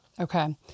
Okay